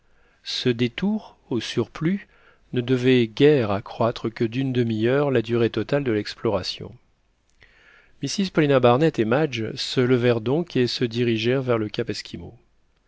ce détour au surplus ne devait guère accroître que d'une demi-heure la durée totale de l'exploration mrs paulina barnett et madge se levèrent donc et se dirigèrent vers le cap